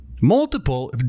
multiple